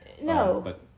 No